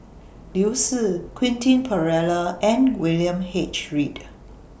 Liu Si Quentin Pereira and William H Read